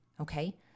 Okay